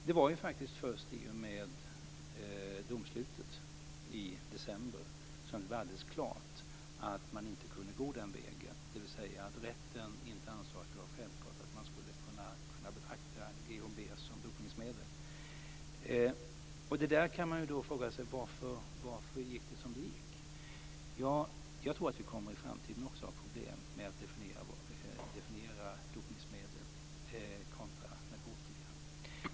Det var faktiskt först i och med domslutet i december som det stod alldeles klart att man inte kunde gå den vägen, dvs. att rätten inte ansåg att det var självklart att man skulle kunna betrakta GHB som dopningsmedel. Man kan ju fråga sig varför det gick som det gick. Ja, jag tror att vi också i framtiden kommer att ha problem med att definiera dopningsmedel kontra narkotika.